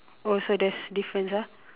oh so there's difference ah